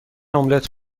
املت